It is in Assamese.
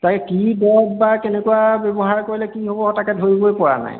তাকে কি দৰৱ বা কেনেকুৱা ব্যৱহাৰ কৰিলে কি হ'ব তাকে ধৰিবই পৰা নাই